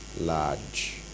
Large